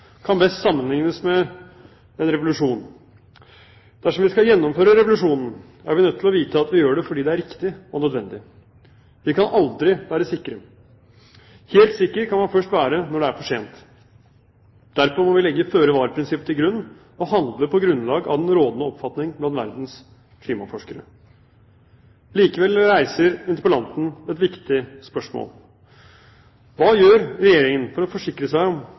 kan best sammenliknes med en revolusjon. Dersom vi skal gjennomføre revolusjonen, er vi nødt til å vite at vi gjør det fordi det er riktig og nødvendig. Vi kan aldri være sikre. Helt sikker kan man først være når det er for sent. Derfor må vi legge føre var-prinsippet til grunn, og handle på grunnlag av den rådende oppfatning blant verdens klimaforskere. Likevel reiser interpellanten et viktig spørsmål. Hva gjør Regjeringen for å forsikre seg om